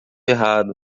errado